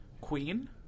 Queen